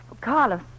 Carlos